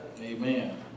Amen